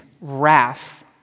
wrath